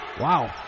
wow